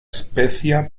especia